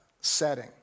setting